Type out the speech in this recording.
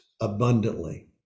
abundantly